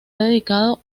dedicado